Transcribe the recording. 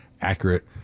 accurate